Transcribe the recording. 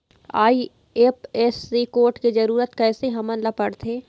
IFSC code के जरूरत कैसे हमन ला पड़थे?